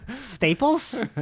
Staples